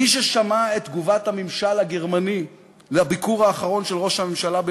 מי ששמע את תגובת הממשל הגרמני על הביקור האחרון של ראש הממשלה בברלין,